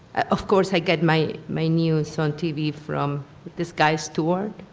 of course, i get my my news on tv from this guy stewart,